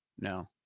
No